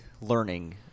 learning